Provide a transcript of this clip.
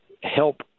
help